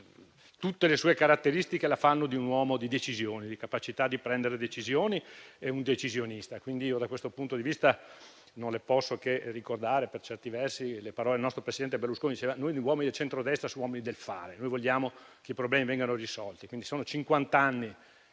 tutte le sue caratteristiche la rendano un uomo di decisione, con capacità di prendere decisioni, un decisionista. Da questo punto di vista non posso che ricordare le parole del nostro presidente Berlusconi, secondo cui noi uomini del centrodestra siamo uomini del fare e vogliamo che i problemi vengono risolti.